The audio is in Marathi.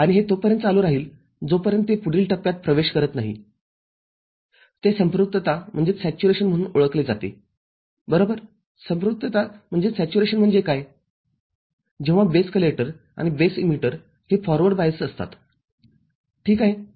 आणिहे तोपर्यंत चालू राहील जोपर्यंत ते पुढील टप्प्यात प्रवेश करत नाही जे संपृक्तताम्हणून ओळखले जाते बरोबरसंपृक्तता म्हणजे कायजेव्हा बेस कलेक्टर आणि बेस इमीटरहे फॉरवर्ड बायस्डअसतात ठीक आहे